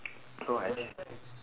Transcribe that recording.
no actua~